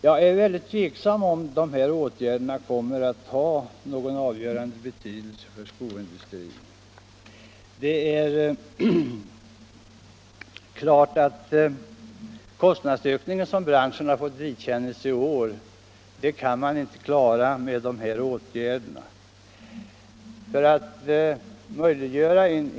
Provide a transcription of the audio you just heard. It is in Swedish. Jag är mycket tveksam om de här åtgärderna kommer att ha någon avgörande betydelse för skoindustrin, och det är helt klart att man inte med de föreslagna åtgärderna kan klara den kostnadsökning som branschen har fått vidkännas i år.